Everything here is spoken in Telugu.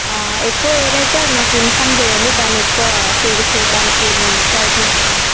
ఎక్కువ ఏదైతే అది నాకు ఇన్ఫామ్ చేయండి దాన్ని ఎక్కువ సేల్ చేయటానికి నేను ప్రయత్నిస్తాను